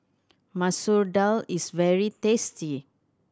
Masoor Dal is very tasty